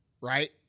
right